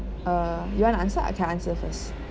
uh you want to answer I can answer first